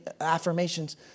affirmations